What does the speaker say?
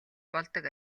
болдог